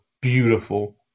beautiful